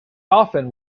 often